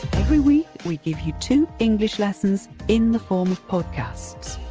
every week we give you two english lessons in the form of podcasts.